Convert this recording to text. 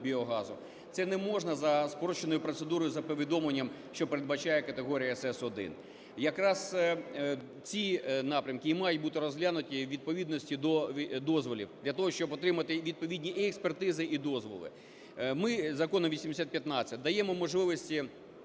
це не можна за спрощеною процедурою, за повідомленням, що передбачає категорія СС1. Якраз ці напрямки і мають бути розглянуті у відповідності до дозволів, для того щоб отримати відповідні і експертизи, і дозволи. Ми Законом 8015 даємо можливості